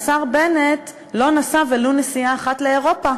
השר בנט לא נסע ולו נסיעה אחת לאירופה